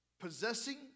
possessing